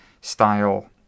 style